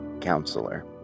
counselor